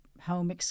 home